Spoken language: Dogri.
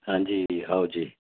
हां जी आओ जी